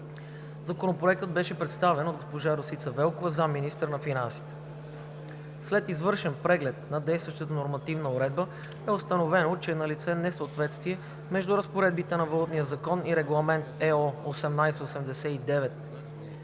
Законопроектът беше представен от госпожа Росица Велкова – заместник-министър на финансите. След извършен преглед на действащата нормативна уредба е установено, че е налице несъответствие между разпоредбите на Валутния закон